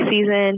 season